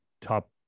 top